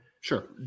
Sure